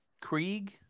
Krieg